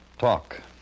Talk